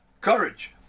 courage